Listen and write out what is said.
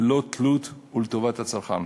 ללא תלות ולטובת הצרכן.